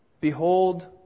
Behold